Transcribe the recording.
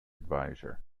advisers